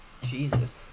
Jesus